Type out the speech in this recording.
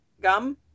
gum